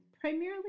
primarily